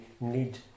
need